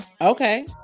Okay